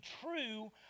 true